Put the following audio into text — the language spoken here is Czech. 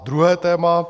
Druhé téma.